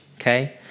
Okay